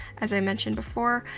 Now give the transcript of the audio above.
as i mentioned before,